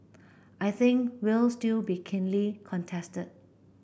I think will still be keenly contested